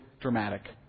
dramatic